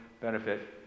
benefit